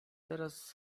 teraz